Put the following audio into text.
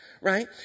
right